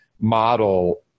model